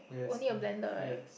only a blender right